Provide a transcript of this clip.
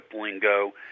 lingo